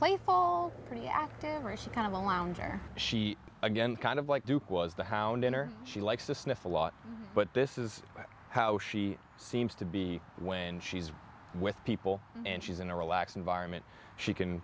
playful pretty active or a she kind of a lounge or she again kind of like duke was the hound in or she likes to sniff a lot but this is how she seems to be when she's with people and she's in a relaxed environment